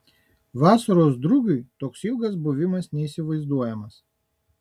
vasaros drugiui toks ilgas buvimas neįsivaizduojamas